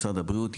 משרד הבריאות,